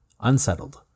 Unsettled